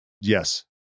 Yes